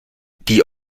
die